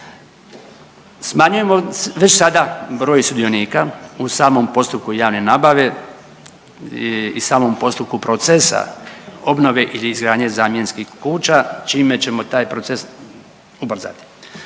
Smanjujemo već sada broj sudionika u samom postupku javne nabave i samom postupku procesa obnove ili izgradnje zamjenskih kuća čime ćemo taj proces ubrzati.